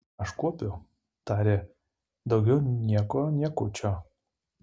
aš kuopiu tarė daugiau nieko niekučio